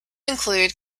include